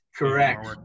correct